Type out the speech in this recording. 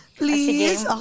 please